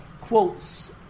quotes